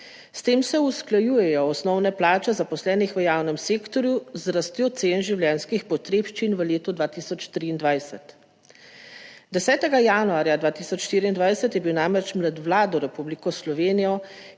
S tem se usklajujejo osnovne plače zaposlenih v javnem sektorju z rastjo cen življenjskih potrebščin v letu 2023. 10. januarja 2024 je bil namreč med Vlado Republiko Slovenijo